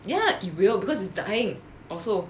ya it will because it's dying also